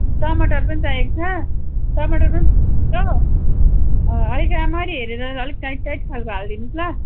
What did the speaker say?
टमाटर पनि चाहिएको छ टमाटर पनि अलिक रामरी हेरेर अलिक टाइट टाइट खालको हालिदिनुहोस् ल